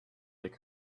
their